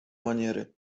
maniery